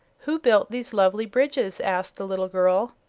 who built these lovely bridges? asked the little girl.